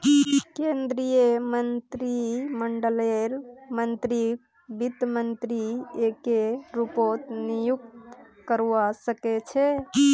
केन्द्रीय मन्त्रीमंडललेर मन्त्रीकक वित्त मन्त्री एके रूपत नियुक्त करवा सके छै